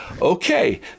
okay